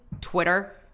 Twitter